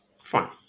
Fine